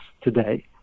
today